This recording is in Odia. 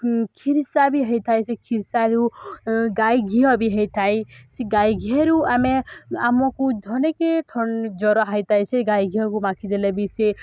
ଖିରିସା ବି ହେଇଥାଏ ସେ ଖିରିସାରୁ ଗାଈ ଘିଅ ବି ହେଇଥାଏ ସେ ଗାଈ ଘିଅରୁ ଆମେ ଆମକୁ ଧନକେ ଜ୍ୱର ହେଇଥାଏ ସେ ଗାଈ ଘିଅକୁ ମାଖିଦେଲେ ବି ସେ